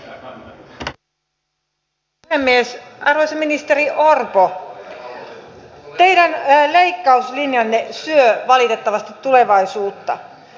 arvoisa ministeri orpo teidän leikkauslinjanne syö valitettavasti tulevaisuutta